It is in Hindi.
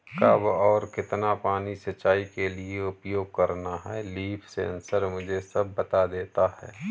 कब और कितना पानी सिंचाई के लिए उपयोग करना है लीफ सेंसर मुझे सब बता देता है